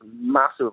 massive